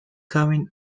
caben